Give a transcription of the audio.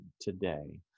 today